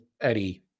Eddie